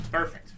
Perfect